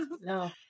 no